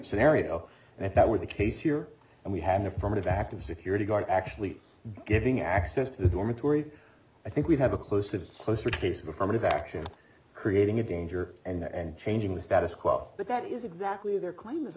scenario and if that were the case here and we had an affirmative act of security guard actually giving access to the dormitory i think we'd have a close a closer to case of affirmative action creating a danger and that and changing the status quo but that is exactly their claim as